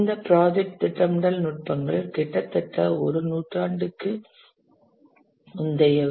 இந்த ப்ராஜெக்ட் திட்டமிடல் நுட்பங்கள் கிட்டத்தட்ட ஒரு நூற்றாண்டுக்கு முந்தையவை